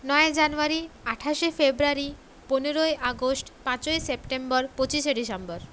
নয়া জানুয়ারি আঠাশে ফেব্রুয়ারি পনেরোই আগস্ট পাঁচই সেপ্টেম্বর পঁচিশে ডিসেম্বর